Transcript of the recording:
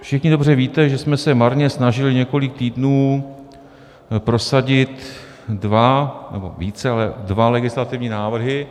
Všichni dobře víte, že jsme se marně snažili několik týdnů prosadit dva nebo více, ale dva legislativní návrhy.